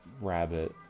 rabbit